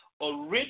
original